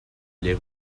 les